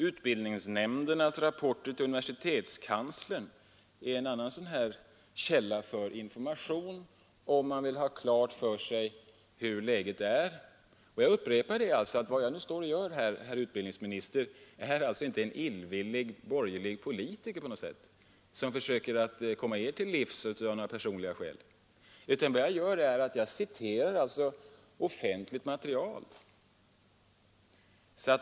Utbildningsnämndernas rapporter till universitetskanslern är en annan källa till information, om man vill ha klart för sig hur läget är. Jag upprepar att vad jag nu gör, herr utbildningsminister, inte är en illvillig borgerlig politikers försök att komma åt Er av några personliga skäl, utan vad jag gör är att jag citerar offentligt material.